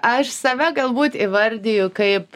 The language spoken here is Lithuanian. aš save galbūt įvardiju kaip